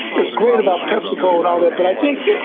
is great about pepsico and all that. but i think,